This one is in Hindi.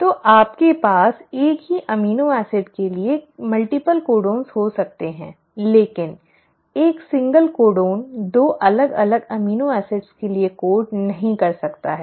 तो आपके पास एक ही एमिनो एसिड के लिए कई कोडन हो सकते हैं लेकिन एक सिंगल कोडन 2 अलग अलग एमिनो एसिड के लिए कोड नहीं कर सकता है